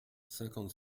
cinquante